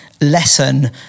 lesson